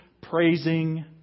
praising